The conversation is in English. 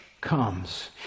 comes